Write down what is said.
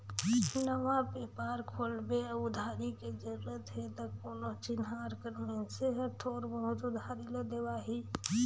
नवा बेपार खोलबे अउ उधारी के जरूरत हे त कोनो चिनहार कर मइनसे हर थोर बहुत उधारी ल देवाही